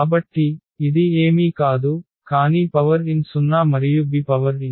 కాబట్టి ఇది ఏమీ కాదు కానీ పవర్ n సున్నా మరియు బి పవర్ n